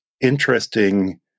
interesting